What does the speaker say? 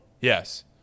Yes